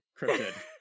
cryptid